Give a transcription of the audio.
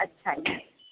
अच्छा ईअं